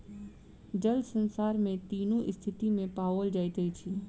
जल संसार में तीनू स्थिति में पाओल जाइत अछि